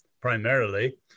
primarily